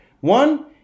One